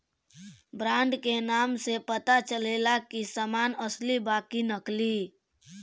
brand के नाम से पता चलेला की सामान असली बा कि नकली